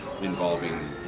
involving